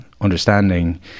understanding